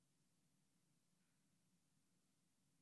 מיקי, אתה חבר ועדת הכספים.